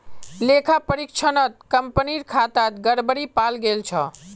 लेखा परीक्षणत कंपनीर खातात गड़बड़ी पाल गेल छ